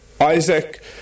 Isaac